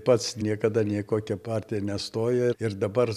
pats niekada į nei kokią partiją nestojo ir dabar